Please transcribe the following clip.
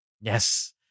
Yes